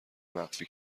مخفی